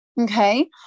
Okay